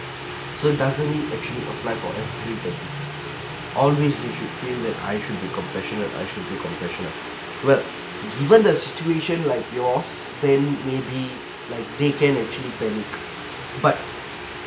so doesn't it actually apply for everybody always you should feel that I should be compassionate I should be compassionate well given the situation like yours then maybe like they can actually panic but